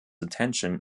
attention